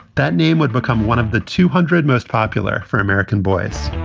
that name would become one of the two hundred most popular for american boys.